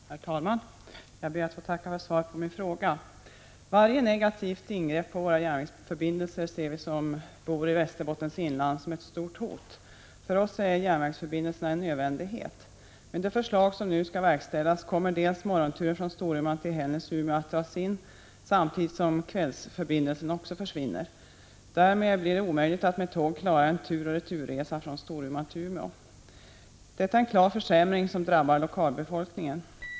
Herr talman! Jag ber att få tacka för svaret på min fråga. Varje negativt ingrepp på våra järnvägsförbindelser ser vi som bor i Västerbottens inland som ett stort hot. För oss är järnvägsförbindelserna en nödvändighet. Med det förslag som nu skall verkställas kommer dels morgonturen från Storuman till Hällnäs-Umeå att dras in, dels kvällsförbindelsen också att försvinna. Därmed blir det omöjligt att med tåg klara en turoch returresa från Storuman till Umeå. Detta är en klar försämring som drabbar lokalbefolkningen.